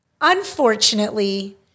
Unfortunately